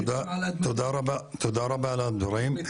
תודה רבה על הדברים.